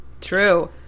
True